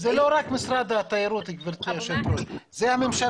זה לא רק משרד התיירות אלא זאת הממשלה.